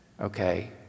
Okay